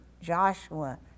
Joshua